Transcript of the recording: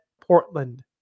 Portland